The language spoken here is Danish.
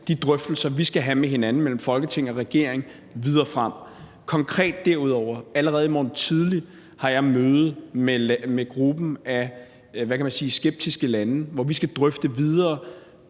de drøftelser, vi skal have med hinanden, mellem Folketing og regering, videre frem. Konkret har jeg derudover allerede i morgen tidlig møde med gruppen af – hvad kan man sige – skeptiske lande, hvor vi videre